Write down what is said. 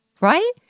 right